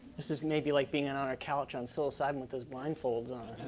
this is maybe like being and on a couch on psilocybin with those blindfolds